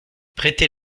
prêtez